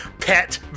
Pet